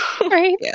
Right